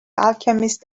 alchemist